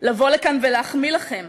לבוא לכאן ולהחמיא לכם,